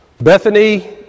Bethany